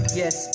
yes